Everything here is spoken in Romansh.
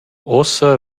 uossa